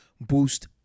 boost